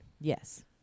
Yes